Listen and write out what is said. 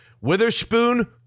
Witherspoon